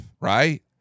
right